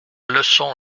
leçon